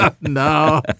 No